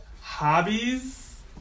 Hobbies